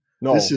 No